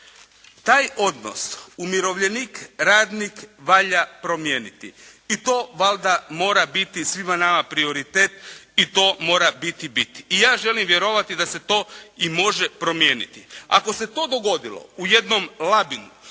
Taj odnos umirovljenik-radnik valja promijeniti i to valjda mora biti svima nama prioritet i to mora biti bit. I ja želim vjerovati da se to i može promijeniti. Ako se to dogodilo u jednom Labinu